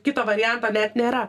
kito varianto net nėra